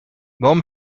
mom